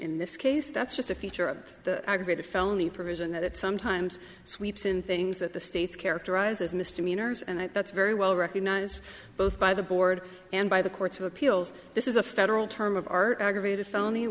in this case that's just a feature of the aggravated felony provision that it sometimes sweeps in things that the states characterize as misdemeanors and that's very well recognized both by the board and by the courts of appeals this is a federal term of art aggravated